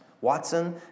Watson